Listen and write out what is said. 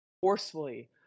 forcefully